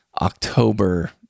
october